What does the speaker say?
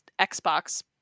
xbox